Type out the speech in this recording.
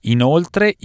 Inoltre